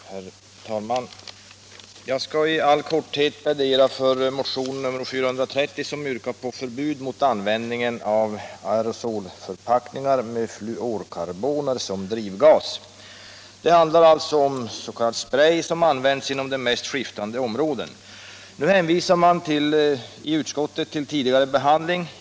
Herr talman! Jag skall i all korthet plädera för motionen 1975/76:430, i vilken yrkas på förbud mot användning av aerosolförpackningar med fluorkarboner som drivgas. Det handlar om s.k. sprej, som används inom de mest skiftande områden. Nu hänvisar utskottet till tidigare behandling.